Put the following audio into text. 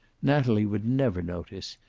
natalie would never notice,